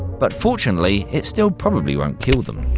but fortunately, it still probably wouldn't kill them.